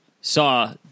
saw